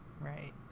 Right